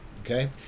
okay